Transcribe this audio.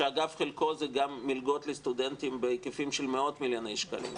שאגב חלקו זה גם מלגות לסטודנטים בהיקפים של מאות מיליוני שקלים.